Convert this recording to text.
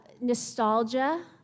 nostalgia